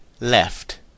left